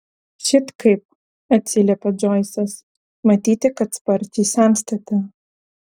šit kaip atsiliepė džoisas matyti kad sparčiai senstate